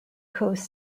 coast